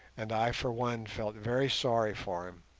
and i for one felt very sorry for him.